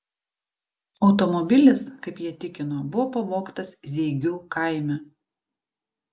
automobilis kaip jie tikino buvo pavogtas zeigių kaime